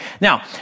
Now